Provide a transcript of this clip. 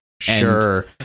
Sure